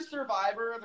Survivor